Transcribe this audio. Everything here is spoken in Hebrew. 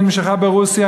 היא נמשכה ברוסיה,